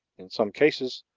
in some cases,